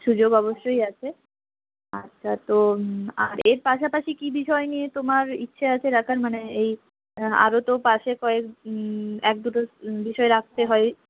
সুযোগ অবশ্যই আছে আচ্ছা তো আর এর পাশাপাশি কী বিষয় নিয়ে তোমার ইচ্ছে আছে রাখার মানে এই আরও তো পাসে কয়েক এক দুটো বিষয় রাখতে হয়